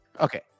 Okay